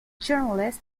journalist